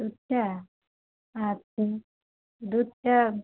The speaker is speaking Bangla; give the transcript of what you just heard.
দুধ চা আচ্ছা দুধ চা